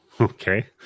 Okay